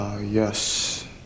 Yes